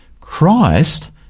Christ